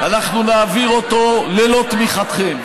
אנחנו נעביר אותו ללא תמיכתכם,